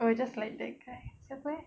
oh just like that guy siapa eh